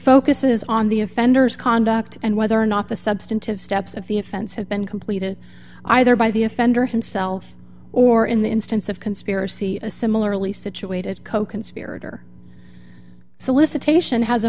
focuses on the offenders conduct and whether or not the substantive steps of the offense have been completed either by the offender himself or in the instance of conspiracy a similarly situated coconspirator solicitation has a